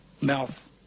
mouth